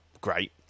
great